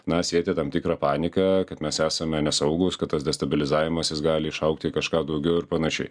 na sieti tam tikrą paniką kad mes esame nesaugūs kad tas destabilizavimas jis gali išaugti į kažką daugiau ir panašiai